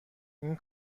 این